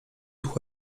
ich